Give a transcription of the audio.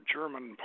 German